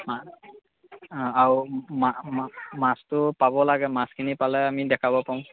আৰু মা মা মাছটো পাব লাগে মাছখিনি পালে আমি দেখাব পাৰোঁ